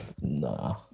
nah